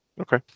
okay